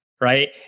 right